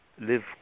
live